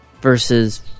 versus